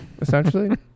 essentially